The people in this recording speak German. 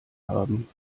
haben